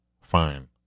Fine